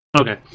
Okay